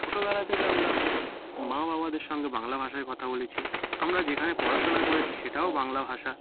ছোটবেলা থেকে আমরা মা বাবাদের সঙ্গে বাংলা ভাষায় কথা বলেছি আমরা যেখানে পড়াশোনা করেছি সেটাও বাংলা ভাষা